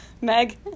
Meg